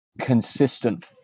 consistent